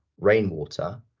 rainwater